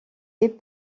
est